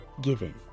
Given